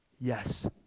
Yes